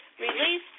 Release